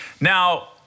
Now